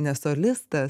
ne solistas